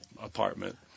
apartment